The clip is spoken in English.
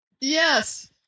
Yes